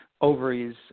ovaries